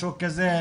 משהו כזה.